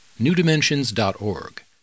newdimensions.org